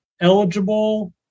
eligible